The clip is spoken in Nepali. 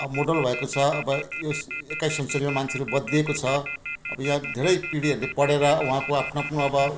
अब मोडल भएको छ अब यस एक्काइस सेन्चुरीमा मान्छे बद्लिएको छ अब यहाँ धेरै पिँढीहरूले पढेर उहाँको आफ्नो आफ्नो अब